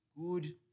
good